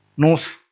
nose.